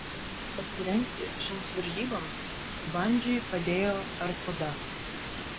pasirengti šioms varžyboms vandžiui padėjo arkoda